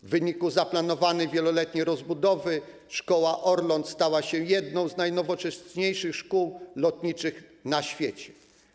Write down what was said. W wyniku zaplanowanej wieloletniej rozbudowy Szkoła Orląt stała się jedną z najnowocześniejszych szkół lotniczych na świecie.